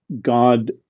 God